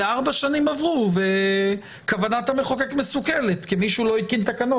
וארבע שנים עברו וכוונת המחוקק מסוכלת כי מישהו לא הקים תקנות